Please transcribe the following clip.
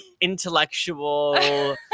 intellectual